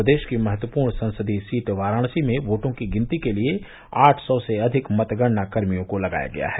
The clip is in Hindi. प्रदेश की महत्वपूर्ण संसदीय सीट वाराणसी में वाटों की गिनती के लिये आठ सौ से अधिक मतगणनाकर्मियों को लगाया गया है